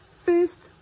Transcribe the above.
First